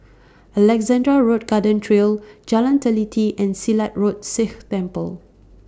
Alexandra Road Garden Trail Jalan Teliti and Silat Road Sikh Temple